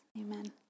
Amen